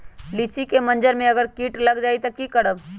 लिचि क मजर म अगर किट लग जाई त की करब?